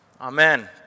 amen